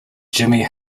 jimmy